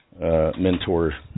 mentor